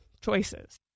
choices